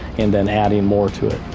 and then adding more to it,